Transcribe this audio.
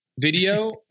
video